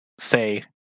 say